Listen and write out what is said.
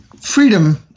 Freedom